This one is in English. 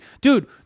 Dude